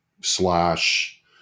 slash